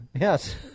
yes